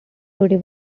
today